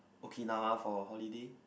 Okinawa for a holiday